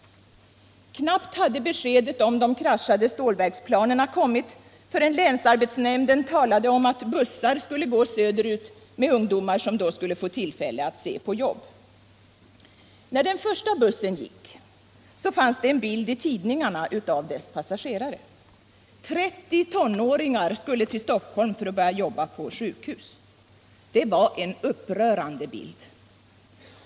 Knappt hade beskedet om de kraschade stålverksplanerna kommit förrän länsarbetsnämnden talade om att bussar skulle gå söderut med ungdomar som då skulle få tillfälle att se på jobb. När den första bussen gick fanns det en bild i tidningarna av dess passagerare. 30 tonåringar skulle till Stockholm för att börja jobba på sjukhus. Det var en upprörande bild.